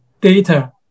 data